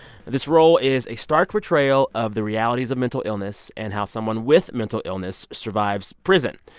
this role is a stark portrayal of the realities of mental illness and how someone with mental illness survives prison.